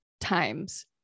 times